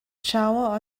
shower